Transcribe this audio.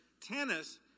tennis